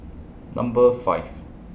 Number five